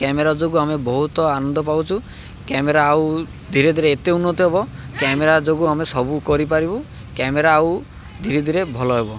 camera ଯୋଗୁଁ ଆମେ ବହୁତ ଆନନ୍ଦ ପାଉଛୁ କ୍ୟାମେରା ଆଉ ଧୀରେ ଧୀରେ ଏତେ ଉନ୍ନତି ହେବ କ୍ୟାମେରା ଯୋଗୁଁ ଆମେ ସବୁ କରିପାରିବୁ କ୍ୟାମେରା ଆଉ ଧୀରେ ଧୀରେ ଭଲ ହେବ